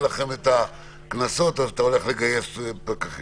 לכם את הקנסות אז אתה הולך לגייס פקחים?